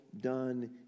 done